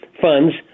funds